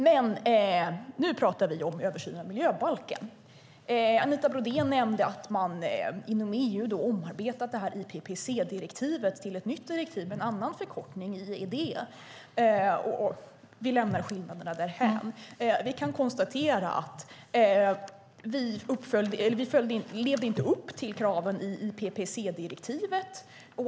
Men nu talar vi om en översyn av miljöbalken. Anita Brodén nämnde att man inom EU har omarbetat IPPC-direktivet till ett nytt direktiv med en annan förkortning - IED. Vi lämnar skillnaderna därhän. Vi kan konstatera att vi inte levde upp till kraven i IPPC-direktivet.